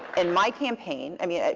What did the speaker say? and my campaign i mean,